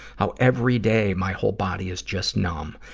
how every day, my whole body is just numb.